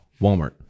Walmart